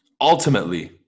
Ultimately